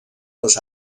les